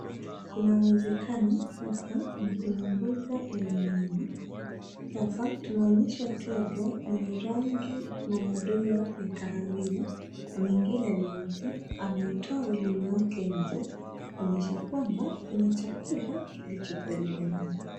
Kuna uwezekano hapa ni kwenye mbuga la wanyama. Hapa tunaonyeshwa twiga mwenye rangi na madoa ya kahawia na mengine meupe. Ameutoa ulimi wake nje, kuonyesha kwamba kuna chakula kilicho karibu naye.